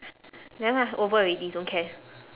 never mind over already don't care